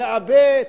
תעבה,